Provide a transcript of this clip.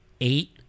eight